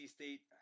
State